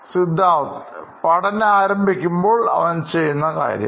Siddharth പഠനം ആരംഭിക്കുമ്പോൾ അവൻ ചെയ്യുന്ന കാര്യം